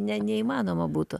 ne neįmanoma būtų